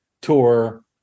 tour